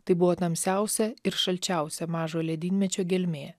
tai buvo tamsiausia ir šalčiausia mažojo ledynmečio gelmė